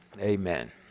Amen